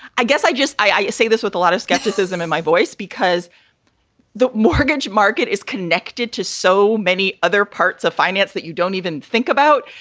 i guess i just i say this with a lot of skepticism in my voice because the mortgage market is connected to so many other parts of finance that you don't even think about.